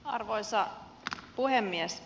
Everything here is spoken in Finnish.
arvoisa puhemies